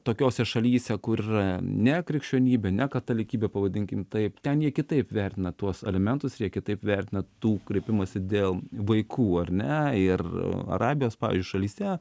tokiose šalyse kur yra ne krikščionybė ne katalikybė pavadinkim taip ten jie kitaip vertina tuos alimentus jie kitaip vertina tų kreipimąsi dėl vaikų ar ne ir arabijos pavyzdžiui šalyse